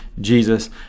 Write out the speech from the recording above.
Jesus